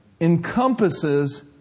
encompasses